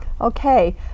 Okay